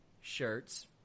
shirts